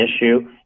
issue